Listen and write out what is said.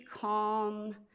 calm